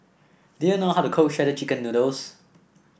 do you know how to cook Shredded Chicken Noodles